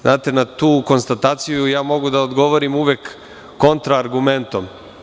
Znate na tu konstataciju ja mogu da odgovorim kontra argumentom.